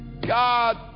God